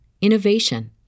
innovation